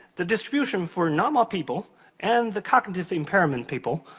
the distribution for normal people and the cognitive impairment people,